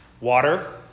water